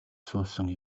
суусан